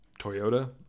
Toyota